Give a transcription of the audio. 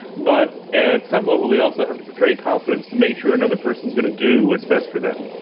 but at some level they also have to portray confidence to make sure another person is going to do what's best for them.